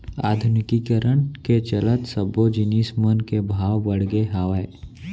आधुनिकीकरन के चलत सब्बो जिनिस मन के भाव बड़गे हावय